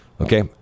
Okay